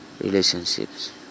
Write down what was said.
relationships